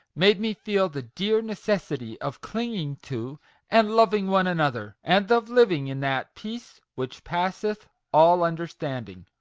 made me feel the dear necessity of clinging to and loving one another, and of living in that peace which passeth all understanding!